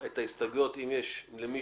ההסתייגויות, אם יש למישהו,